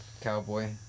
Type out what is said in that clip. Cowboy